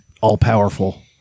all-powerful